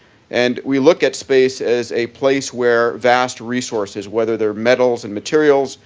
and we look at space as a place where vast resources, whether they're metals and materials,